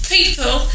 People